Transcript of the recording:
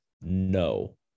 No